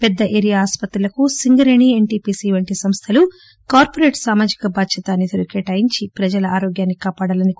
పెద్ద ఏరియా ఆస్పత్రులకు Singareni S T P C వంటి సంస్థలు కార్చిరేట్ సామాజిక బాధ్యతా నిధులు కేటాయించి ప్రజల ఆరోగ్యాన్సి కాపాడాలని కోరారు